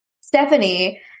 Stephanie